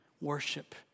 Worship